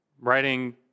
writing